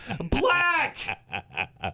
black